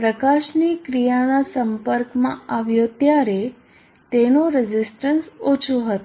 પ્રકાશની ક્રિયાના સંપર્કમાં આવ્યો ત્યારે તેનો રઝિસ્ટન્સ ઓછો હતો